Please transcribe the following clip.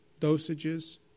dosages